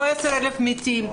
לא 10,000 מתים,